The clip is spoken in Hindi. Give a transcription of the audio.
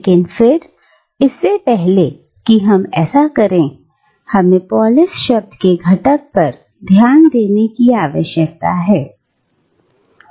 लेकिन फिर इससे पहले कि हम ऐसा करें हमें पोलिस शब्द के घटक पर ध्यान देने की आवश्यकता है